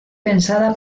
pensada